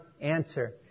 answer